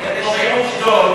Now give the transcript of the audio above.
הם קובעים עובדות,